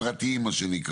לפרטיים.